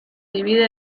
divide